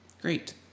Great